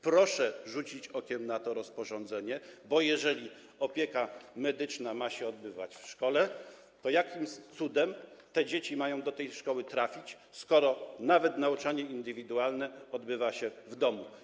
Proszę rzucić okiem na to rozporządzenie, bo jeżeli opieka medyczna ma się odbywać w szkole, to jakim cudem te dzieci mają do tej szkoły trafić, skoro nauczanie indywidualne odbywa się w domu.